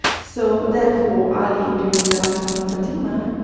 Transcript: so, therefore, ali, during the lifetime of fatima,